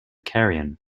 carrion